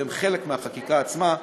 והם חלק מהחקיקה עצמה,